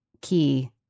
key